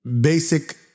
basic